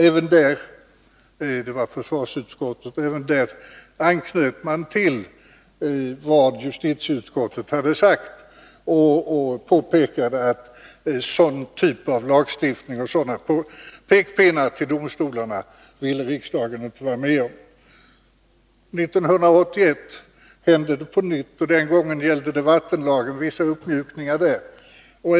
Även den gången — då var det försvarsutskottet — anknöt man till vad justitieutskottet hade sagt och påpekade att sådan typ av lagstiftning och sådana pekpinnar till domstolarna ville riksdagen inte vara med om. År 1981 hände det på nytt. Den gången gällde det vissa uppmjukningar i vattenlagen.